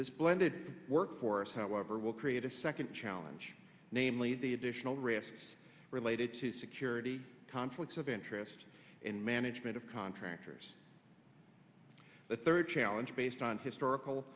this blended workforce however will create a second challenge namely the additional risks related to security conflicts of interest in management of contractors the third challenge based on